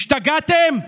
השתגעתם?